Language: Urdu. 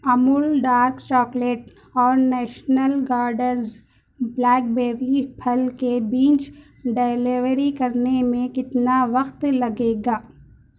امول ڈارک چاکلیٹ اور نیشنل گارڈنز بلیک بیری پھل کے بیج ڈیلیوری کرنے میں کتنا وقت لگے گا